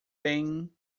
bem